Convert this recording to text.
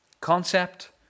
Concept